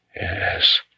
Yes